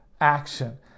action